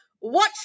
watch